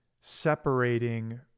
separating